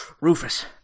Rufus